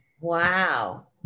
wow